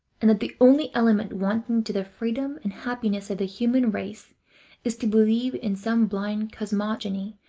and that the only element wanting to the freedom and happiness of the human race is to believe in some blind cosmogony,